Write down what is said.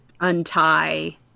untie